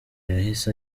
yahise